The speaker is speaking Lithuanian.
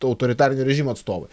autoritarinio režimo atstovai